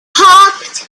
hoped